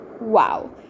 Wow